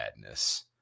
Madness